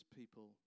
people